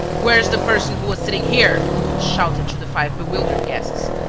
where is the person who was sitting here? he shouted to the five bewildered guests.